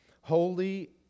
holy